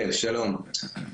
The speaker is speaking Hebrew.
כן שלום.